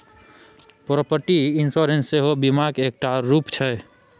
property insurance सेहो बीमाक एकटा रुप छै